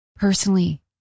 personally